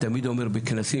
תמיד אומר בכנסים,